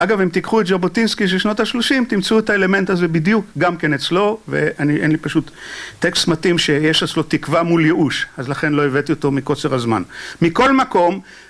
אגב, אם תיקחו את ז'בוטינסקי של שנות השלושים, תמצאו את האלמנט הזה בדיוק גם כן אצלו, ואין לי פשוט טקסט מתאים שיש אצלו תקווה מול ייאוש, אז לכן לא הבאתי אותו מקוצר הזמן. מכל מקום